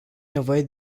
nevoie